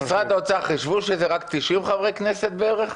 במשרד האוצר חישבו שזה רק 90 חברי כנסת בערך?